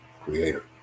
creator